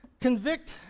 Convict